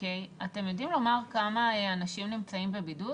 אתם יודעים לומר כמה אנשים נמצאים בבידוד